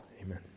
Amen